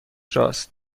راست